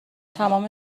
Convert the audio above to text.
تمام